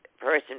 person